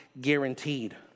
guaranteed